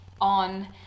on